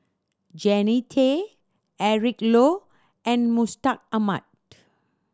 Jannie Tay Eric Low and Mustaq Ahmad